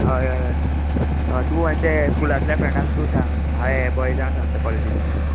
हय हय हय हय तूं ते स्कुलांतल्या फ्रेंडाक तूं सांग हांव ह्ये बॉयजांक सांगता कॉलेजींतल्या